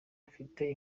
ufite